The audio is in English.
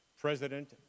president